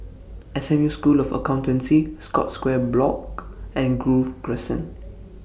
S M U School of Accountancy Scotts Square Block and Grove Crescent